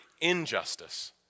injustice